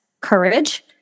courage